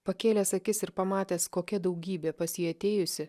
pakėlęs akis ir pamatęs kokia daugybė pas jį atėjusi